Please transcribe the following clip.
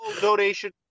donation